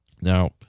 Now